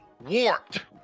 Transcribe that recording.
warped